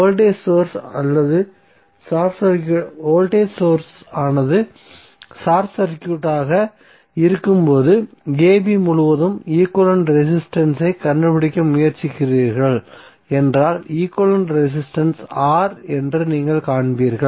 voltage source ஆனது short சர்க்யூட்டாக இருக்கும்போது ab முழுவதும் ஈக்வலன்ட் ரெசிஸ்டன்ஸ் ஐ கண்டுபிடிக்க முயற்சிக்கிறீர்கள் என்றால் ஈக்வலன்ட் ரெசிஸ்டன்ஸ் R என்று நீங்கள் காண்பீர்கள்